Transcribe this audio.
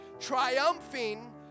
triumphing